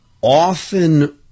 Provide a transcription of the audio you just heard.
often